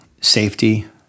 safety